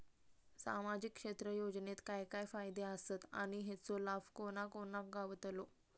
सामजिक क्षेत्र योजनेत काय काय फायदे आसत आणि हेचो लाभ कोणा कोणाक गावतलो?